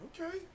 Okay